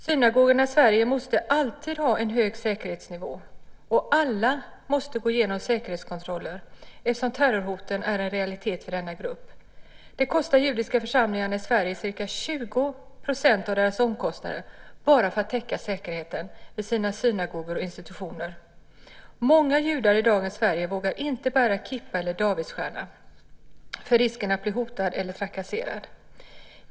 Synagogorna i Sverige måste alltid ha en hög säkerhetsnivå. Alla måste gå igenom säkerhetskontroller eftersom terrorhoten är en realitet för denna grupp. Det kostar de judiska församlingarna i Sverige ca 20 % av deras omkostnader bara att täcka säkerheten vid sina synagogor och institutioner. Många judar i dagens Sverige vågar inte bära kipa eller davidsstjärna för risken att bli hotad eller trakasserad.